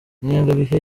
ingengabihe